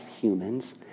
humans